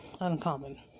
uncommon